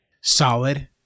Solid